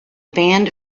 band